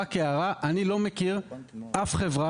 רק הערה: אני לא מכיר אף חברה,